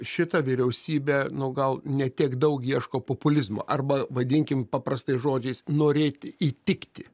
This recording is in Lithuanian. šita vyriausybė nu gal ne tiek daug ieško populizmo arba vadinkim paprastais žodžiais norėti įtikti